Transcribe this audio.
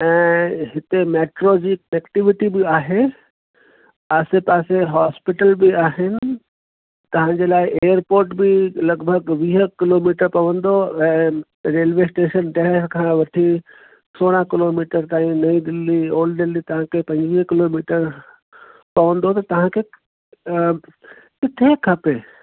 ऐं हिते मेट्रो जी एक्टिविटी बि आहे आसे पासे हॉस्पिटल बि आहिनि तव्हांजे लाइ एयरपोर्ट बि लॻभॻि वीह किलोमीटर पवंदो ऐं रेलवे स्टेशन ॾह खां वठी सोरहं किलोमीटर ताईं नई दिल्ली ओल्ड दिल्ली तव्हांखे पंजुवीह किलोमीटर पवंदो त तव्हांखे किथे खपे